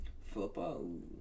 Football